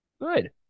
Good